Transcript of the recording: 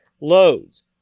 Loads